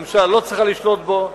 הממשלה לא צריכה לשלוט בו,